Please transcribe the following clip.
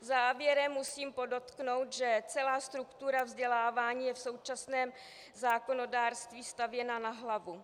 Závěrem musím podotknout, že celá struktura vzdělávání je v současném zákonodárství stavěna na hlavu.